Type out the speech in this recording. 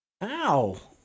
Ow